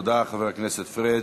תודה, חבר הכנסת פריג'.